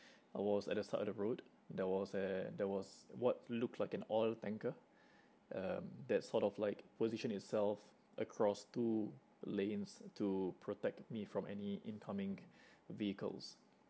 I was at the side of the road there was a there was what looked like an oil tanker um that sort of like position itself across two lanes to protect me from any incoming vehicles